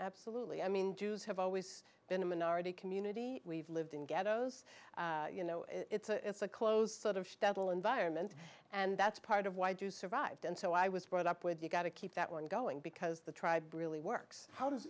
absolutely i mean jews have always been a minority community we've lived in ghettos you know it's a close sort of stadol environment and that's part of why do survived and so i was brought up with you got to keep that one going because the tribe really works how does